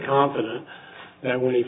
confident that when he